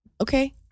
Okay